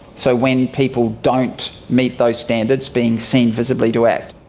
so when people don't meet those standards, being seen visibly to act.